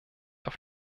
auf